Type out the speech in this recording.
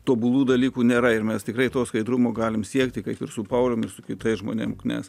tobulų dalykų nėra ir mes tikrai to skaidrumo galime siekti kaip ir su pauliumi su kitais žmonėms nes